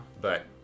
but-